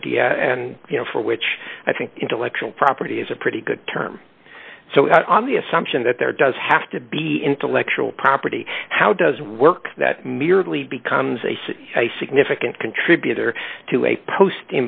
idea and you know for which i think intellectual property is a pretty good term so on the assumption that there does have to be intellectual property how does work that merely becomes a significant contributor to a post